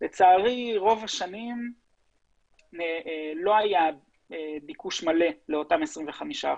לצערי רוב השנים לא היה ביקוש מלא לאותם 25%,